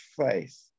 faith